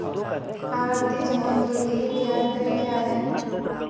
आवर्ती जमा के लिए ब्याज दर क्या है?